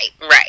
right